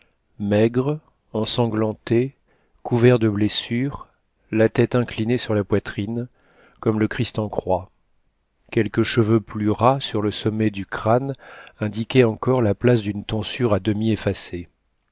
maigre ensanglanté couvert de blessures la tête inclinée sur la poitrine comme le christ en croix quelques cheveux plus ras sur le sommet du crâne indiquaient encore la place d'une tonsure à demi effacée